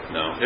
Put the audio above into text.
no